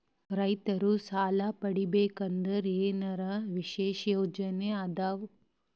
ರೈತರು ಸಾಲ ಪಡಿಬೇಕಂದರ ಏನರ ವಿಶೇಷ ಯೋಜನೆ ಇದಾವ?